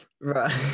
Right